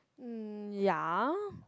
um ya